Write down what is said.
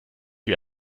wie